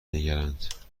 نگرند